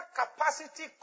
capacity